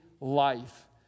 life